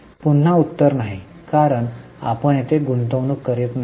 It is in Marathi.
पुन्हा उत्तर नाही कारण आपण येथे गुंतवणूक करीत नाही